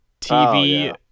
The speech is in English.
TV